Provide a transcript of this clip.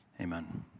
amen